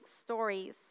stories